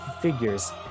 figures